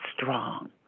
strong